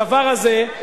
הדבר הזה,